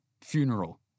funeral